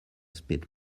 speed